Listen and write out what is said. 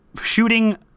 shooting